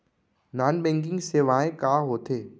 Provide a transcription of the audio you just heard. Non banking सेवाएं का होथे?